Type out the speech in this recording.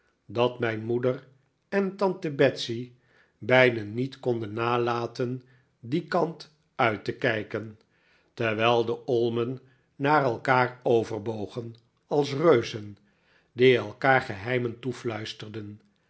dat mijn moeder en tante betsey beiden niet konden nalaten dien kant uit te kijken terwijl de olmen naar elkaar overbogen als reuzen die elkaar geheimen toefluisterden